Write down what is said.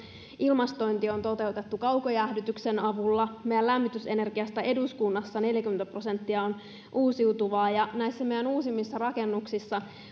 ilmastointi on toteutettu kaukojäähdytyksen avulla lämmitysenergiasta eduskunnassa neljäkymmentä prosenttia on uusiutuvaa ja näissä meidän uusimmissa rakennuksissa